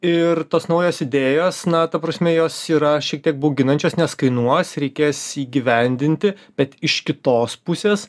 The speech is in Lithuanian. ir tos naujos idėjos na ta prasme jos yra šiek tiek bauginančios nes kainuos reikės įgyvendinti bet iš kitos pusės